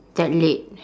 that late